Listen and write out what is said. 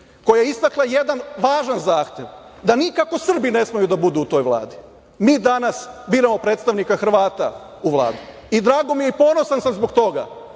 koja je istakla jedan važan zahtev, da nikako Srbi ne smeju da budu u toj Vladi. Mi danas biramo predstavnika Hrvata u Vladi i drago mi je i ponosan sam zbog toga